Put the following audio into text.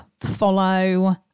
follow